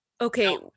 Okay